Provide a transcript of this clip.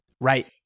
Right